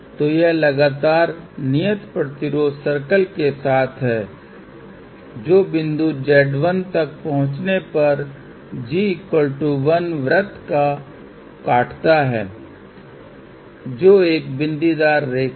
तो यह लगातार नियत प्रतिरोध सर्कल के साथ है जो बिंदु z1 तक पहुँचने पर g 1 वृत्त पर काटता है जो एक बिंदीदार रेखा है